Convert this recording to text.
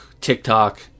TikTok